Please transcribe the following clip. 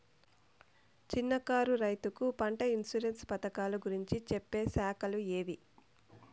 చిన్న కారు రైతుకు పంట ఇన్సూరెన్సు పథకాలు గురించి చెప్పే శాఖలు ఏవి?